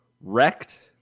wrecked